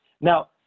Now